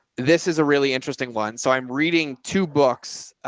this is a really interesting one. so i'm reading two books.